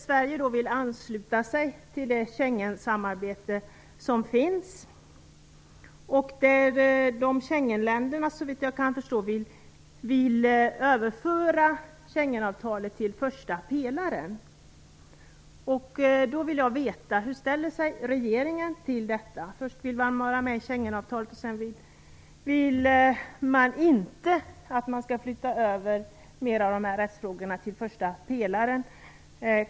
Sverige vill ansluta sig till det Schengensamarbete som finns. Schengenländerna vill, såvitt jag kan förstå, överföra Schengenavtalet till första pelaren. Då vill jag veta: Hur ställer sig regeringen till detta? Först vill man vara med i Schengenavtalet och sedan vill man inte att fler av de här rättsfrågorna skall flyttas över till första pelaren.